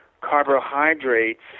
carbohydrates